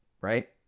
right